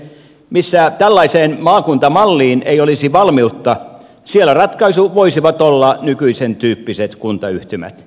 missä tällaiseen maakuntamalliin ei olisi valmiutta siellä ratkaisu voisi olla nykyisen tyyppiset kuntayhtymät